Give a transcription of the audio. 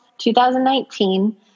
2019